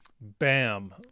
Bam